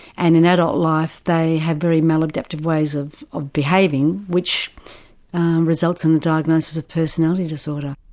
and in adult life they have very maladaptive ways of of behaving, which results in the diagnosis of personality disorder.